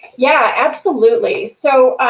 yeah, absolutely. so,